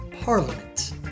Parliament